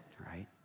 right